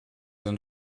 sind